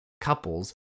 couples